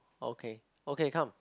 okay okay come